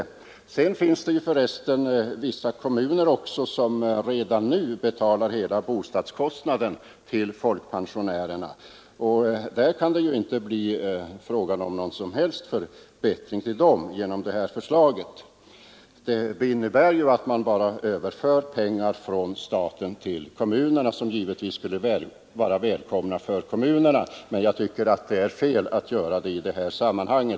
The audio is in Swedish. Förresten finns det vissa kommuner som redan nu betalar hela bostadskostnaden till folkpensionärerna, och där kan det ju inte bli fråga om någon som helst förbättring till dessa genom det här förslaget. Det innebär ju att man bara för över pengar från staten till kommunerna. Dessa pengar skulle givetvis vara välkomna hos kommunerna, men jag tycker det är fel att göra en sådan överföring i detta sammanhang.